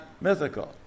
mythical